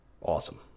awesome